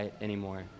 anymore